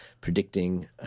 predicting